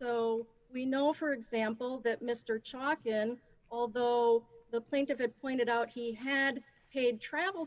so we know for example that mr chalk in all below the plaintiff it pointed out he had paid travel